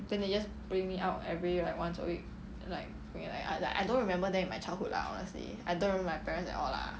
then they just bring me out every like once a week like w~ like I I I don't remember them in my childhood lah honestly I don't remember my parents at all lah